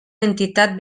entitat